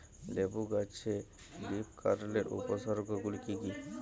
লেবু গাছে লীফকার্লের উপসর্গ গুলি কি কী?